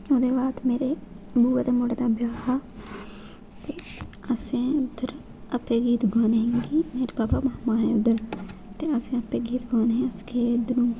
ते ओह्दे बाद मेरे बूआ दे मुड़े दा ब्याह् ते असें उद्धर आपें गीत गवाने ही की मेरे पापा मामा हे उद्धर ते असें उद्धर गीत गोआने हे अस गे इद्धरू